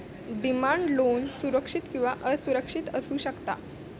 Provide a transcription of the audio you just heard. demand loan सुरक्षित किंवा असुरक्षित असू शकता